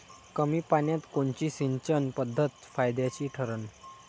कमी पान्यात कोनची सिंचन पद्धत फायद्याची ठरन?